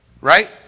Right